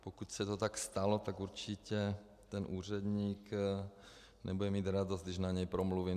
A pokud se to tak stalo, tak určitě ten úředník nebude mít radost, když na něj promluvím.